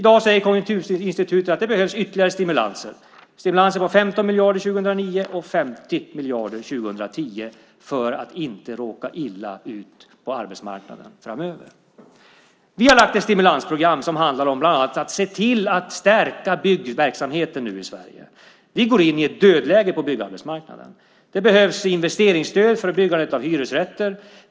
I dag säger Konjunkturinstitutet att det behövs ytterligare stimulanser på 15 miljarder 2009 och 50 miljarder 2010 för att inte råka illa ut på arbetsmarknaden framöver. Det behövs investeringsstöd för byggandet av hyresrätter.